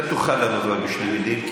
אתה תוכל לענות, אבל בשתי מילים.